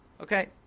Okay